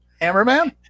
Hammerman